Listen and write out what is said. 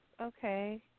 okay